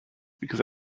because